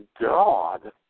God